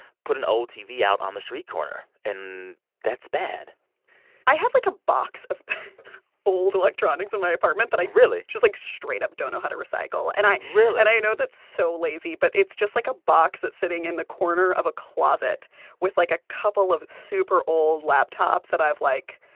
put an old tv out on the street corner, and that's bad i have, like, a box of old electronics in my apartment that but i. really. just, like, straight-up don't know how to recycle. and i. really? and i know that's so lazy. but it's just, like, a box that's sitting in the corner of a closet with, like, a couple of super-old laptops that i've, like,